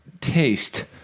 taste